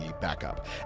backup